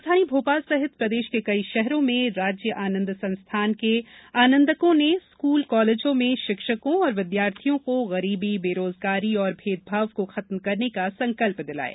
राजधानी भोपाल सहित प्रदेश के कई शहरों में राज्य आनंद संस्थान के आनंदकों ने स्कूल कॉलेजों में शिक्षकों और विद्यार्थियों को गरीबी बेरोजगारी और भेदभाव को खत्म करने का संकल्प दिलाया